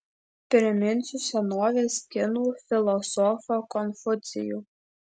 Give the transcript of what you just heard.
priminsiu senovės kinų filosofą konfucijų